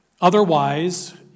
Otherwise